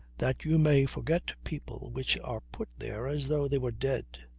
that you may forget people which are put there as though they were dead.